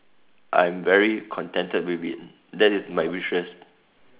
I'm very contented with it that is my wishes